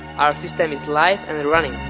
our system is live and running.